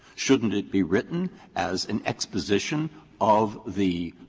shouldn't it be written as an exposition of the